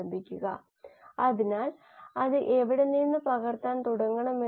ചുരുക്കത്തിൽ ഞാൻ ആ വിശദാംശങ്ങളിലേക്ക് കടക്കുന്നില്ല